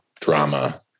drama